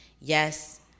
Yes